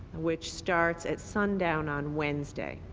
which starts at sun down on wednesday.